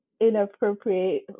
inappropriate